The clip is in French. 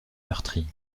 meurtri